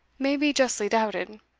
may be justly doubted.